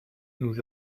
nous